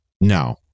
No